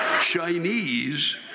Chinese